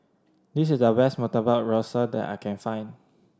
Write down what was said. this is the best Murtabak Rusa that I can find